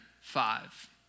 five